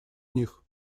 них